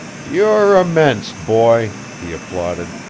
you're immense, boy, he applauded.